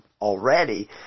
already